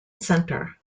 center